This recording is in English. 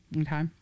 Okay